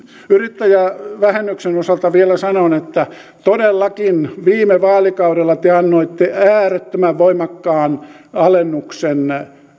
yrittäjävähennyksen osalta vielä sanon että todellakin viime vaalikaudella te annoitte äärettömän voimakkaan alennuksen